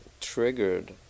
triggered